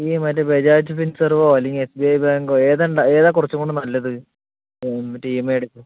ഈ മറ്റേ ബജാജ് ഫിൻസെർവോ അല്ലെങ്കിൽ എസ് ബി ഐ ബാങ്കോ ഏതൊണ്ട് കുറച്ചും കൂടി നല്ലത് മറ്റേ ഇ എം ഐ എടുക്കാൻ